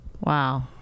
wow